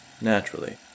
naturally